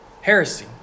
heresy